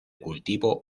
cultivo